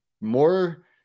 more